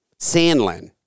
Sandlin